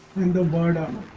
and the warden